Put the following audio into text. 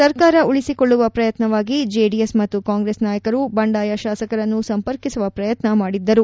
ಸರ್ಕಾರ ಉಳಿಸಿಕೊಳ್ಳುವ ಪ್ರಯತ್ವವಾಗಿ ಜೆದಿಎಸ್ ಮತ್ತು ಕಾಂಗ್ರೆಸ್ ನಾಯಕರು ಬಂಡಾಯ ಶಾಸಕರನ್ನು ಸಂಪರ್ಕಿಸುವ ಪ್ರಯತ್ನ ಮಾಡಿದ್ದರು